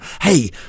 Hey